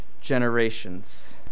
generations